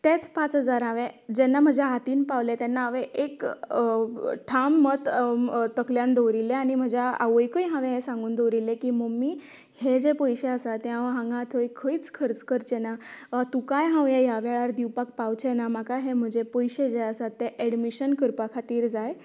तेच पांच हजार हांवेन जेन्ना म्हज्या हातींत पावले तेन्ना हांवेन एक ठाम मत तकल्यान दवरिल्ले आनी म्हज्या आवयकय हांवेन सांगून दवरिल्ले की मम्मी हे जे पयशें आसात ते हांव हांगा थंय खंयच खर्च करचे ना वा तुकांय हांव ह्या वेळार दिवपाक पावचे ना म्हाका हे म्हजे पयशें जे आसा ते एडमिशन करपा खातीर जाय